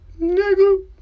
nigga